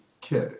kid